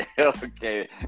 okay